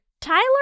Tyler